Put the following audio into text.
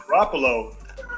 Garoppolo